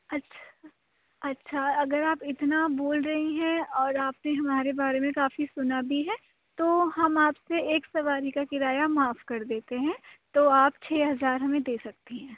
اچھا اچھا اگر آپ اتنا بول رہی ہیں اور آپ نے ہمارے بارے میں کافی سنا بھی ہے تو ہم آپ سے ایک سواری کا کرایہ معاف کر دیتے ہیں تو آپ چھ ہزار ہمیں دے سکتی ہیں